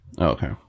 Okay